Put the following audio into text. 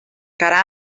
cara